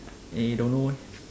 eh don't know leh